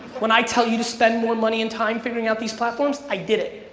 when i tell you to spend more money and time figuring out these platforms, i did it.